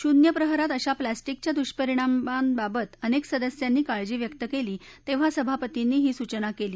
शून्य प्रहरात अशा प्लॅस्टिकच्या दुष्परिणामांबाबत अनेक सदस्यांनी काळजी व्यक्त केली तेव्हा सभापतींनी ही सूचना केली